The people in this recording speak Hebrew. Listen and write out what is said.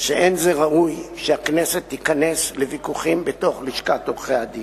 שאין זה ראוי שהכנסת תיכנס לוויכוחים בתוך לשכת עורכי-הדין.